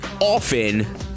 often